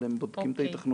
אבל הם בודקים את ההיתכנות.